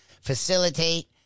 facilitate